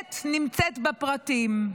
שהאמת נמצאת בפרטים.